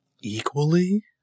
Equally